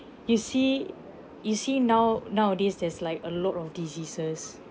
you see you see now nowadays there's like a lot of diseases